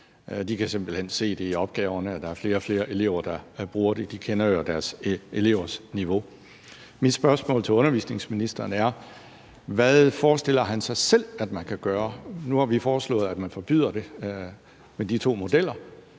De kan simpelt hen se i opgaverne, at der er flere og flere elever, der bruger det – de kender jo deres elevers niveau. Mit spørgsmål til undervisningsministeren er: Hvad forestiller han sig selv at man kan gøre? Nu har vi foreslået, at man forbyder det med de to modeller.